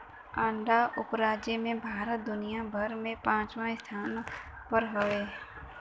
अंडा उपराजे में भारत दुनिया भर में पचवां स्थान पर हउवे